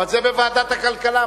אבל זה בוועדת הכלכלה,